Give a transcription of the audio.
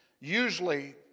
Usually